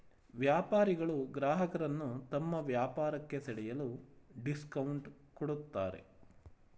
ವ್ಯಾಪಾರಿಗಳು ಗ್ರಾಹಕರನ್ನು ತಮ್ಮ ವ್ಯಾಪಾರಕ್ಕೆ ಸೆಳೆಯಲು ಡಿಸ್ಕೌಂಟ್ ಕೊಡುತ್ತಾರೆ